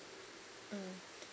mm